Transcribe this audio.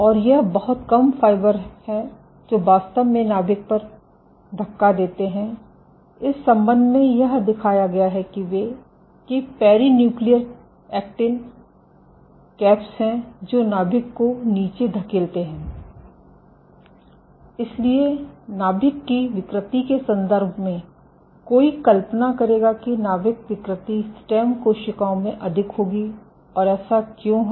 और यह बहुत ज्यादा तनाव में अधिक लंबा है क्योंकि आपके पास साइटोस्केलेटल फाइबर हैं जो वास्तव में नाभिक पर धक्का देते हैं इस संबंध में यह दिखाया गया है कि पेरिन्यूक्लियर एक्टिन कैप्स हैं जो नाभिक को नीचे धकेलते हैं इसलिए नाभिक की विकृति के संदर्भ में कोई कल्पना करेगा कि नाभिक विकृति स्टेम कोशिकाओं में अधिक होगी और ऐसा क्यों है